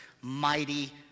mighty